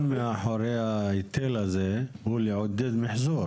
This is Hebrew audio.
מאחורי ההיטל הזה הוא לעודד מחזור.